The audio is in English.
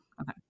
Okay